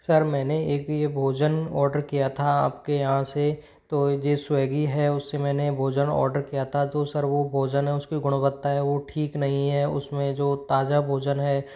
sir मैंने एक ये भोजन औडर किया था आपके यहाँ से तो ये स्वैगी है उससे मैंने भोजन औडर किया था जो सर वो भोजन है उसकी गुणवत्ता है वो ठीक नहीं है उसमें जो ताज़ा भोजन है